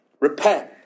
repent